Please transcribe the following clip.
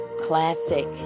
Classic